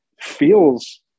feels